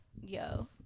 yo